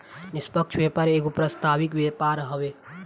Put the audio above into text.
निष्पक्ष व्यापार एगो प्रस्तावित व्यापार हवे